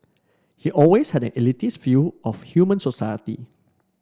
he always had an elitist view of human society